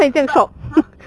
but !huh!